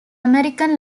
american